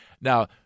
Now